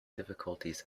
difficulties